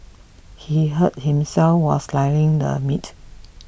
he hurt himself while slicing the meat